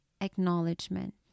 acknowledgement